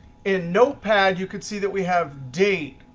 in notepad, you could see that we have date,